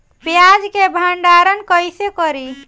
प्याज के भंडारन कईसे करी?